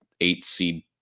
eight-seed